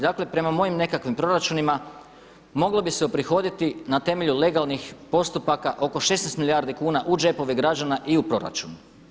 Dakle prema mojim nekakvim proračunima moglo bi se uprihoditi na temelju legalnih postupaka oko 16 milijardi kuna u džepove građana i u proračun.